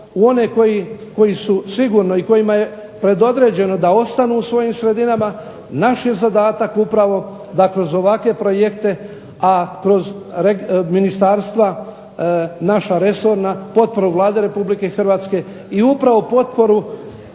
u one koji su sigurno i kojima je predodređeno da ostanu u svojim sredinama naš je zadatak upravo da kroz ovakve projekte, a kroz ministarstva naša resorna potporu Vlade Republike Hrvatske i upravo potporu